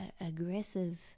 aggressive